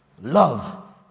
love